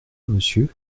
monsieur